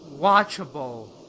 watchable